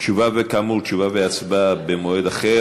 כאמור, תשובה והצבעה במועד אחר.